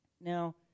Now